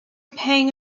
pang